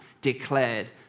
declared